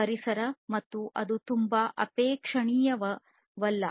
ಪರಿಸರ ಮತ್ತು ಇದು ತುಂಬಾ ಅಪೇಕ್ಷಣೀಯವಲ್ಲ